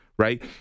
Right